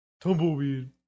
Tumbleweed